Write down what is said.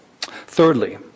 Thirdly